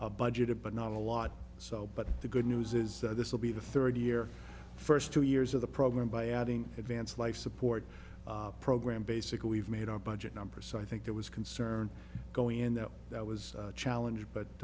are budgeted but not a lot so but the good news is this will be the third year first two years of the program by adding advanced life support program basically we've made our budget number so i think there was concern going in that that was a challenge but